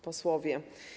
Posłowie!